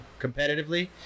competitively